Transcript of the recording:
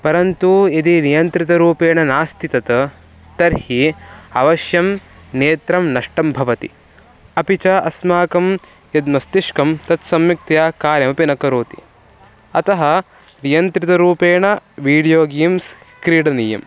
परन्तु यदि नियन्त्रितरूपेण नास्ति तत् तर्हि अवश्यं नेत्रं नष्टं भवति अपि च अस्माकं यद् मस्तिष्कं तत् सम्यक्तया कार्यमपि न करोति अतः नियन्त्रितरूपेण वीडियो गेम्स् क्रीडनीयम्